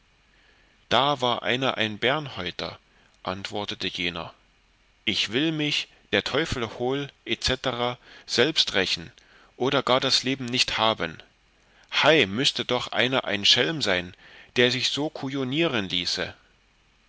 da war einer ein bärnhäuter antwortete jener ich will mich der teufel hol etc selbst rächen oder das leben nicht haben hei müßte doch einer ein schelm sein der sich so kujonieren ließe